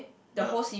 yup